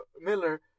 Miller